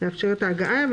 לאפשר את ההגעה,